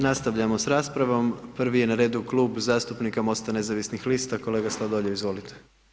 Nastavljamo s raspravom, prvi je na redu Klub zastupnika MOST-a nezavisnih lista, kolega Sladoljev izvolite.